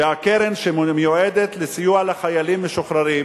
ושהקרן שמיועדת לסיוע לחיילים משוחררים